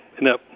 No